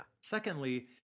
Secondly